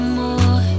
more